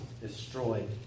destroyed